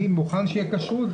אני מוכן שתהיה כשרות.